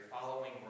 following